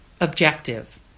objective